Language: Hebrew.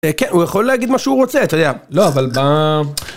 כן, הוא יכול להגיד מה שהוא רוצה, אתה יודע. לא, אבל ב...